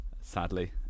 sadly